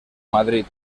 madrid